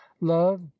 love